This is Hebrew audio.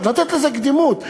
לתת לזה קדימות,